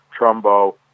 Trumbo